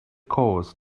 cause